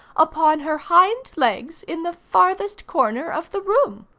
upon her hind legs, in the farthest corner of the room.